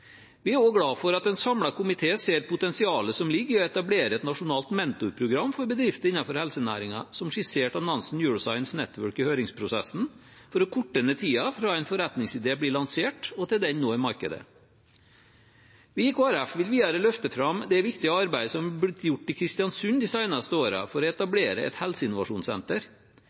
Vi er også glad for at en samlet komité ser potensialet som ligger i å etablere et nasjonalt mentorprogram for bedrifter innen helsenæringen, som skissert av Nansen Neuroscience Network i høringsprosessen, for å korte ned tiden fra en forretningsidé blir lansert og til den når markedet. Vi i Kristelig Folkeparti vil videre løfte fram det viktige arbeidet som er blitt gjort i Kristiansund de seneste årene for å etablere et helseinnovasjonssenter.